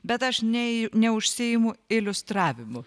bet aš nei neužsiimu iliustravimu